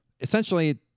essentially